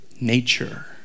nature